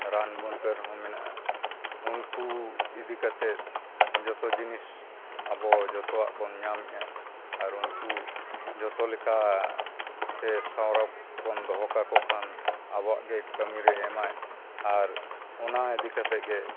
ᱨᱟᱱ ᱢᱩᱨᱜᱟᱹᱱ ᱦᱚᱸ ᱢᱮᱱᱟᱜᱼᱟ ᱩᱱᱠᱩ ᱤᱫᱤ ᱠᱟᱛᱮᱫ ᱡᱚᱛᱚ ᱡᱤᱱᱤᱥ ᱟᱵᱚ ᱡᱚᱛᱚᱣᱟᱜ ᱵᱚᱱ ᱧᱟᱢᱮᱫᱼᱟ ᱟᱨ ᱩᱱᱠᱩ ᱡᱚᱛᱚ ᱞᱮᱠᱟ ᱛᱮ ᱥᱚᱨᱚᱠ ᱵᱚᱱ ᱫᱚᱦᱚ ᱠᱟᱠᱚ ᱠᱷᱟᱱ ᱟᱵᱚᱣᱟᱜ ᱜᱮ ᱠᱟᱹᱢᱤᱨᱮ ᱮᱢᱟᱭ ᱟᱨ ᱚᱱᱟ ᱤᱫᱤ ᱠᱟᱛᱮᱫ ᱜᱮ